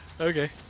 Okay